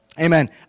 Amen